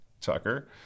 Tucker